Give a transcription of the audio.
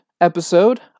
episode